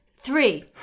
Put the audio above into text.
three